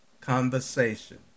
conversation